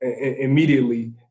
immediately